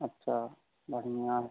अच्छा बढ़िया है